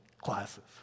classes